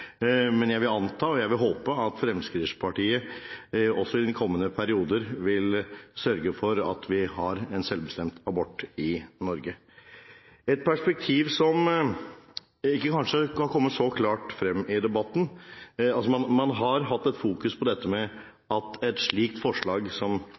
Men jeg vil anta og håpe at Fremskrittspartiet også i kommende perioder vil sørge for at vi har selvbestemt abort i Norge. Det er et perspektiv som kanskje ikke har kommet så klart frem i debatten. Man har fokusert på at et forslag som